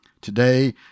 Today